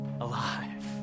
alive